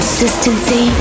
Consistency